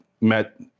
met